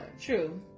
True